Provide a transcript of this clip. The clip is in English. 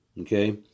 Okay